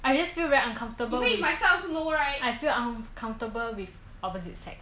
I just feel very uncomfortable even if I suck also no right I feel uncomfortable with opposite sex